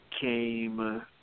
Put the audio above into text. came